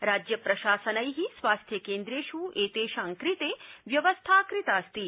राज्यप्रशासनै स्वास्थ्य केन्द्रेष् एतेषां कृते व्यवस्था कृतास्ति